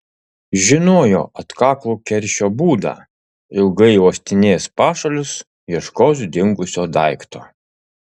žinojo atkaklų keršio būdą ilgai uostinės pašalius ieškos dingusio daikto